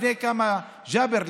ג'אבר,